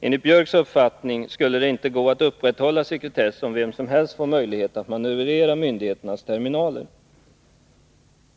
Enligt Gunnar Biörcks uppfattning skulle det inte gå att upprätthålla sekretessen om vem som helst får möjlighet att manövrera myndigheternas terminaler.